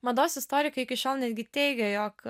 mados istorikai iki šiol netgi teigia jog